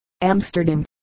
Amsterdam